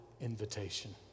invitation